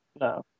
No